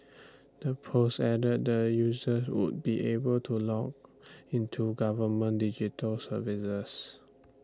the post added that users would be able to log into government digital services